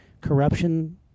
corruption